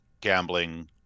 gambling